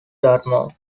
dartmouth